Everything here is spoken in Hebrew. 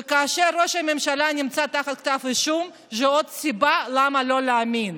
וכאשר ראש ממשלה נמצא תחת כתב אישום זאת עוד סיבה למה לא להאמין.